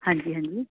ਹਾਂਜੀ ਹਾਂਜੀ